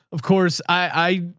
of course i,